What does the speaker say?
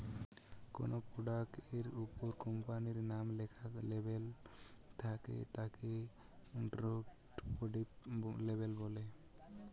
কোনো প্রোডাক্ট এর উপর কোম্পানির নাম লেখা লেবেল থাকে তাকে ডেস্ক্রিপটিভ লেবেল বলে